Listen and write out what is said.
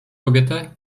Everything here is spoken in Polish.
kobietę